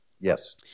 yes